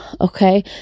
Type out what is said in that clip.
okay